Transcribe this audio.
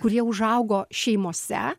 kurie užaugo šeimose